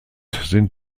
sind